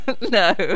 No